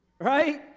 Right